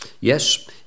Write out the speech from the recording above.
Yes